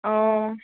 অঁ